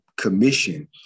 Commission